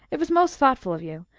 it was most thoughtful of you.